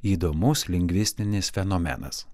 įdomus lingvistinis fenomenas